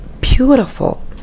beautiful